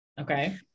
okay